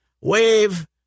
wave